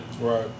Right